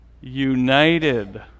united